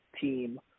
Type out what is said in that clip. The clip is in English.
team